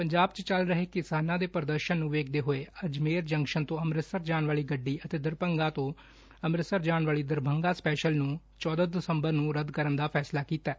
ਪੰਜਾਬ 'ਚ ਚੱਲ ਰਹੇ ਕਿਸਾਨਾਂ ਦੇ ਪ੍ਰਦਰਸ਼ਨ ਨੂੰ ਵੇਖਦੇ ਹੋਏ ਅਜਮੇਰ ਜੰਕਸ਼ਨ ਤੋਂ ਅਮ੍ਰਿਤਸਰ ਜਾਣ ਵਾਲੀ ਗੱਡੀ ਅਤੇ ਦਰਭੰਗਾ ਤੋਂ ਅਮ੍ਤਿਤਸਰ ਜਾਣ ਵਾਲੀ ਦਰਭੰਗਾ ਸਪੈਸ਼ਲ ਕੱਲੁ ਨੂੰ ਰੱਦ ਕਰਨ ਦਾ ਫੈਸਲਾ ਕੀਤੈ